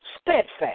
steadfast